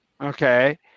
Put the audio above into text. Okay